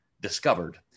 discovered